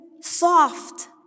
soft